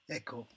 Ecco